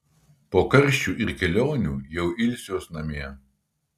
po visų karščių ir kelionių jau ilsiuos namie